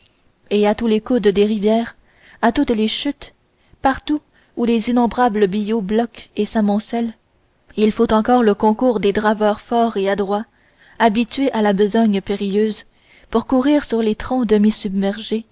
et à tous les coudes des rivières à toutes les chutes partout où les innombrables billots bloquent et s'amoncellent il faut encore le concours des draveurs forts et adroits habitués à la besogne périlleuse pour courir sur les troncs demi submergés